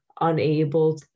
unable